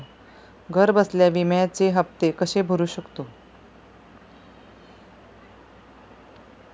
घरबसल्या विम्याचे हफ्ते कसे भरू शकतो?